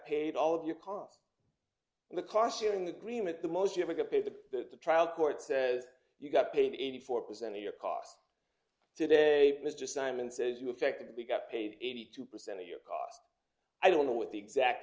paid all of your costs in the car sharing agreement the most you ever get paid the trial court says you got paid eighty four percent of your costs today mr simon says you affectively got paid eighty two percent of your cost i don't know what the exact